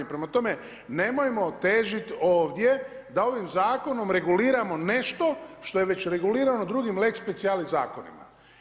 Prema tome nemojmo težiti ovdje da ovim zakonom reguliramo nešto što je već regulirano drugim lex specialis zakonima.